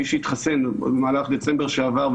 ומי שהתחסן במהלך דצמבר שעבר,